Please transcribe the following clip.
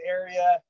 area